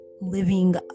living